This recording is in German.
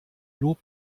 lob